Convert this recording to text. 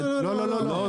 לא, לא, לא.